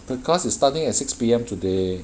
the class is starting at six P_M today